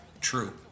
True